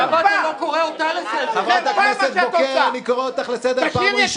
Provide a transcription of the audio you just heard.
חבר הכנסת יונה, אני קורא אותך לסדר פעם שנייה.